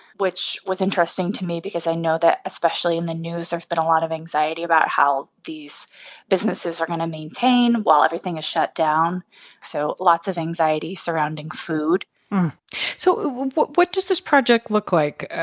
which was interesting to me because i know that especially in the news, there's been a lot of anxiety about how these businesses are going to maintain while everything is shut down so lots of anxiety surrounding food so what what does this project look like